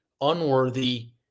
unworthy